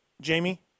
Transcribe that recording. Jamie